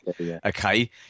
Okay